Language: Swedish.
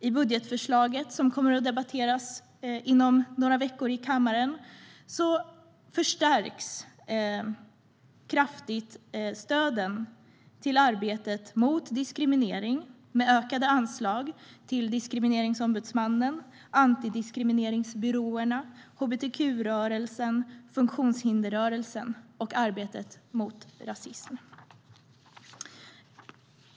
I budgetförslaget, som kommer att debatteras inom några veckor i kammaren, förstärks kraftigt stöden till arbetet mot diskriminering med ökade anslag till Diskrimineringsombudsmannen, antidiskrimineringsbyråerna, hbtq-rörelsen, funktionshindersrörelsen och arbetet mot rasism.